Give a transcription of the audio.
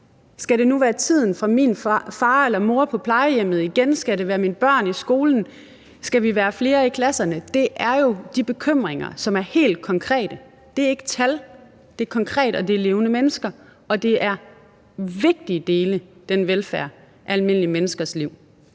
Skal det nu være tiden for min far eller mor på plejehjemmet igen? Skal det være mine børn i skolen? Skal vi være flere i klasserne? Det er jo de bekymringer, som er helt konkrete. Det er ikke tal. Det er konkret, og det er levende mennesker. Og den velfærd er en vigtig del af almindelige menneskers liv.